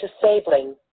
disabling